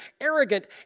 arrogant